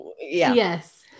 Yes